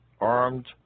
armed